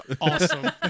awesome